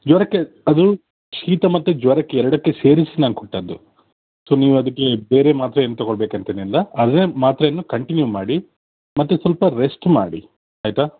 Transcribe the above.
ಜ್ವರಕ್ಕೆ ಅದು ಶೀತ ಮತ್ತು ಜ್ವರಕ್ಕೆ ಎರಡಕ್ಕೆ ಸೇರಿಸಿ ನಾನು ಕೊಟ್ಟದ್ದು ಸೊ ನೀವು ಅದಕ್ಕೆ ಬೇರೆ ಮಾತ್ರೆ ಏನು ತೊಗೊಳ್ಬೇಕಂತೇನಿಲ್ಲ ಅದೇ ಮಾತ್ರೆಯನ್ನು ಕಂಟಿನ್ಯೂ ಮಾಡಿ ಮತ್ತು ಸ್ವಲ್ಪ ರೆಸ್ಟ್ ಮಾಡಿ ಆಯಿತಾ